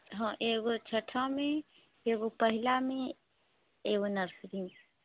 हँ एगो छठामे एगो पहिलामे एगो नर्सरीमे